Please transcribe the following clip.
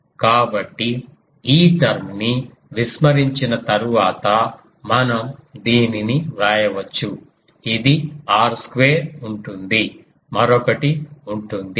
కాబట్టి ఈ టర్మ్ ని విస్మరించిన తరువాత మనం దీనిని వ్రాయవచ్చు ఇది r స్క్వేర్ ఉంటుంది మరొకటి ఉంటుంది